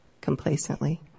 complacently